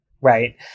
Right